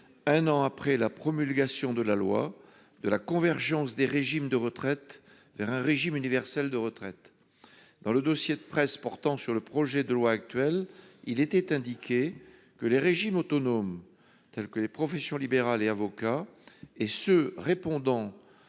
un an après la promulgation de la loi, de la convergence des régimes de retraite vers un régime universel. Dans le dossier de presse portant sur le projet de loi actuel, il était indiqué :« Les régimes autonomes (professions libérales et avocats) et ceux répondant